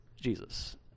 Jesus